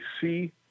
see